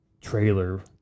trailer